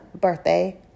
birthday